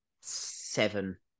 seven